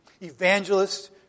Evangelists